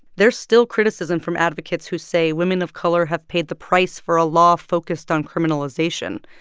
there's still criticism from advocates who say women of color have paid the price for a law focused on criminalization.